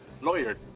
lawyer